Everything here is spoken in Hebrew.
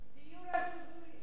הדיור הציבורי.